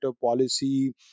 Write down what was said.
policy